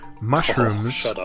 mushrooms